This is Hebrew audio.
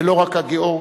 ולא רק הגאורגי,